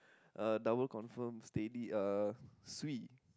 uh double confirm steady uh swee